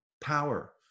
power